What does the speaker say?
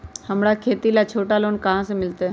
हमरा खेती ला छोटा लोने कहाँ से मिलतै?